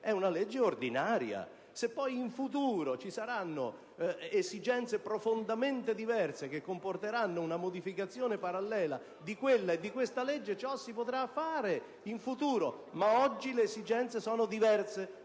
è una legge ordinaria. Se poi un domani ci saranno esigenze profondamente diverse che comporteranno una modificazione parallela di quella e di questa legge, ciò si potrà fare in futuro, ma oggi le esigenze sono diverse